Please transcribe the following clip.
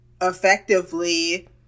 effectively